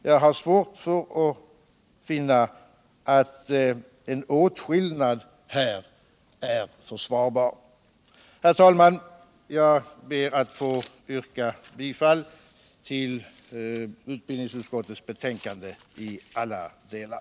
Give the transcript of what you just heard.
Jag har svårt att finna att en åtskillnad här är försvarbar. Herr talman! Jag ber att få yrka bifall till utbildningsutskotuets hemställan i alla delar.